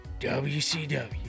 WCW